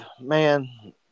Man